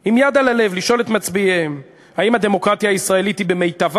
עם יד על הלב לשאול את מצביעיהם: האם הדמוקרטיה הישראלית היא במיטבה?